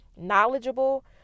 knowledgeable